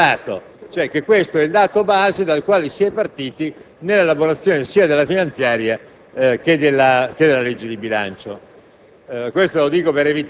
dobbiamo considerare che questo è il dato base dal quale è partita l'elaborazione sia della finanziaria che della legge di bilancio.